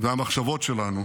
והמחשבות שלנו